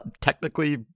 technically